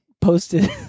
posted